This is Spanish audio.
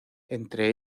entre